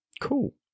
Cool